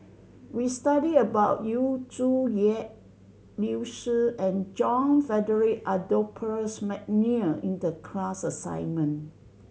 we study about Yu Zhuye Liu Si and John Frederick Adolphus McNair in the class assignment